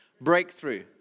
breakthrough